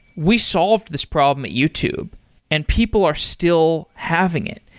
we solved this problem at youtube and people are still having it,